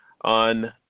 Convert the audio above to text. on